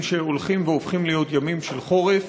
שהולכים והופכים להיות ימים של חורף.